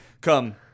come